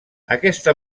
aquesta